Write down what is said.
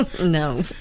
No